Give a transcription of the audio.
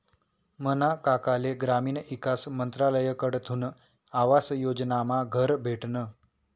मना काकाले ग्रामीण ईकास मंत्रालयकडथून आवास योजनामा घर भेटनं